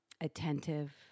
attentive